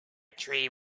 tree